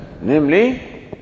namely